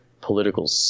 political